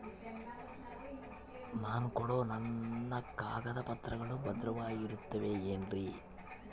ನಾನು ಕೊಡೋ ನನ್ನ ಕಾಗದ ಪತ್ರಗಳು ಭದ್ರವಾಗಿರುತ್ತವೆ ಏನ್ರಿ?